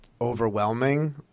overwhelming